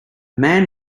man